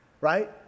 right